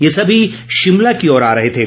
ये सभी शिमला की ओर आ रहे थे